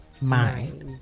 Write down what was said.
mind